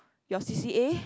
your c_c_a